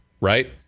right